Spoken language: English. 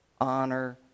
honor